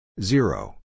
Zero